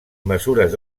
mesures